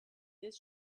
this